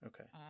Okay